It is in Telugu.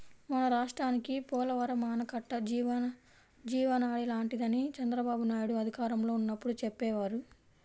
మన రాష్ట్రానికి పోలవరం ఆనకట్ట జీవనాడి లాంటిదని చంద్రబాబునాయుడు అధికారంలో ఉన్నప్పుడు చెప్పేవారు